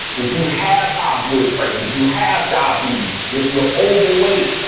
if you have high blood pressure, if you have diabetes, if you're overweight,